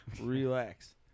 Relax